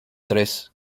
tres